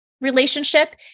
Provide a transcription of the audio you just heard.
relationship